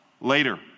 later